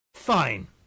Fine